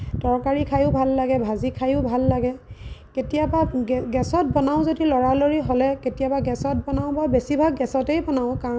তৰকাৰি খায়ো ভাল লাগে ভাজি খায়ো ভাল লাগে কেতিয়াবা গেছত বনাওঁ যদিও লৰালৰি হ'লে কেতিয়াবা গেছত বনাওঁ বা বেছিভাগ গেছতেই বনাওঁ কাৰণ